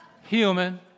Human